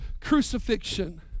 crucifixion